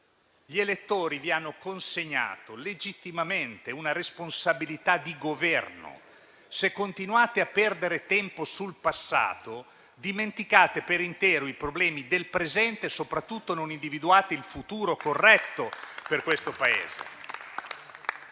Gli elettori vi hanno consegnato legittimamente una responsabilità di Governo. Se continuate a perdere tempo sul passato, dimenticate per intero i problemi del presente e, soprattutto, non individuate il futuro corretto per questo Paese.